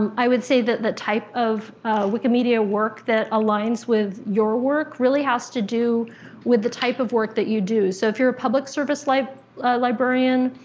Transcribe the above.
um i would say that the type of wikimedia work that aligns with your work really has to do with the type of work that you do. so if you're a public service like librarian,